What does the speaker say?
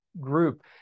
group